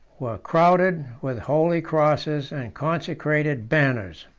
were crowded with holy crosses and consecrated banners.